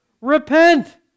repent